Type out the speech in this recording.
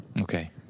Okay